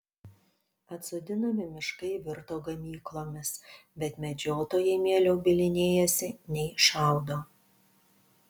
atsodinami miškai virto ganyklomis bet medžiotojai mieliau bylinėjasi nei šaudo